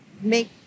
make